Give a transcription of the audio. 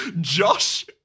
Josh